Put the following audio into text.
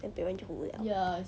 then 别人就胡了